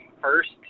first